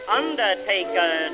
undertaker